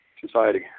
society